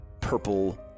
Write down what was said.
purple